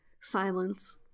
silence